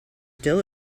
still